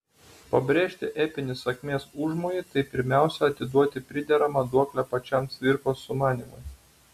pabrėžti epinį sakmės užmojį tai pirmiausia atiduoti prideramą duoklę pačiam cvirkos sumanymui